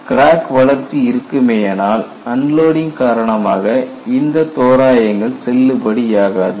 crack வளர்ச்சி இருக்குமேயானால் unloading காரணமாக இந்த தோராயங்கள் செல்லுபடியாகாது